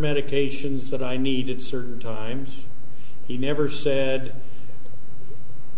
medications that i needed certain times he never said